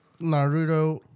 Naruto